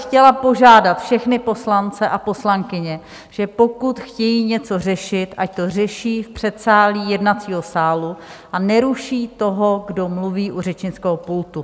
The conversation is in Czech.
Chtěla bych požádat všechny poslance a poslankyně, pokud chtějí něco řešit, ať to řeší v předsálí jednacího sálu a neruší toho, kdo mluví u řečnického pultu.